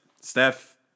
Steph